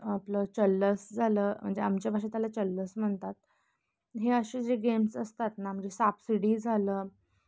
आपलं चल्लस झालं म्हणजे आमच्या भाषेत त्याला चल्लस म्हणतात हे असे जे गेम्स असतात ना म्हणजे सापशिडी झालं